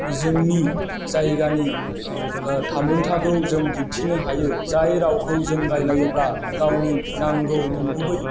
जोंनि जायगानि थामोन्थाखौ जों दिन्थिनो हायो जाय रावखौ जों रायज्लायोब्ला गावनि नांगौ नंगुबै